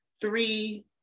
three